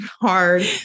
hard